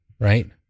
Right